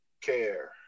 care